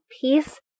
peace